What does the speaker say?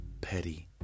petty